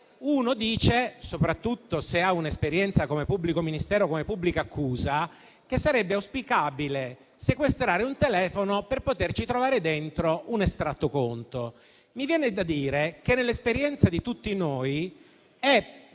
dice, soprattutto se ha un'esperienza come pubblico ministero e pubblica accusa, che sarebbe auspicabile sequestrare un telefono per poterci trovare all'interno un estratto conto. Mi viene da dire che, nell'esperienza di tutti noi,